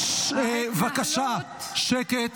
--- בבקשה, שקט.